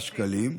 ב-42.6 שקלים.